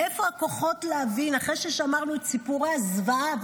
מאיפה הכוחות להבין אחרי ששמענו את סיפורי הזוועה?